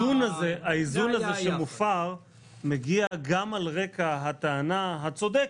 האיזון הזה שמופר מגיע גם על רקע הטענה הצודקת,